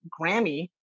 Grammy